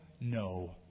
No